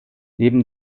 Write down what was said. neben